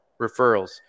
referrals